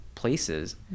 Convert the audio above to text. places